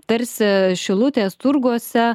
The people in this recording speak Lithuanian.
tarsi šilutės turguose